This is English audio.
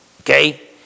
okay